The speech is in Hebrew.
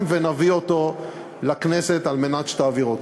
ונביא אותו לכנסת על מנת שתעביר אותו.